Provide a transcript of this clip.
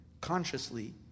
consciously